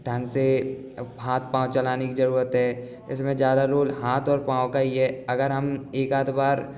ढंग से हाथ पाव चलाने को जरूरत है इसमें ज़्यादा रोल हाथ और पाव का ही है अगर हम एक आध बार